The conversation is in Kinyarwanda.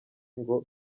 ngo